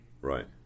Right